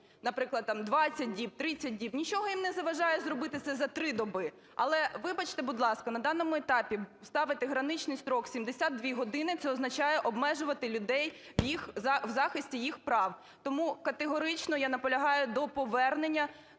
наприклад, там 20 діб, 30 діб. Нічого їм не заважає зробити це за три доби. Але вибачте, будь ласка, на даному етапі ставити граничних строк 72 години, це означає обмежувати людей в захисті їх прав. Тому категорично я наполягаю до повернення,